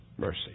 mercy